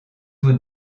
vous